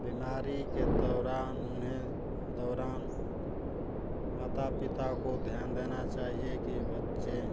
बीमारी के दौरान उन्हें दौरान माता पिता को ध्यान देना चाहिए की बच्चे